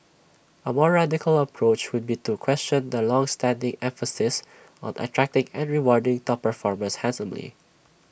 A more radical approach would be to question the longstanding emphasis on attracting and rewarding top performers handsomely